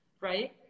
right